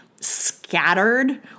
scattered